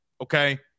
okay